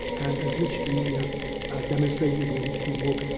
and as mitch duneier demonstrated in a recent book,